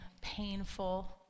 painful